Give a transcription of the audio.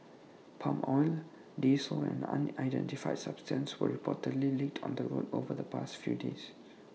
palm oil diesel and an unidentified substance were reportedly leaked on the roads over the past few days